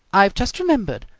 i've just remembered.